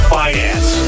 finance